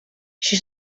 she